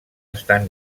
estan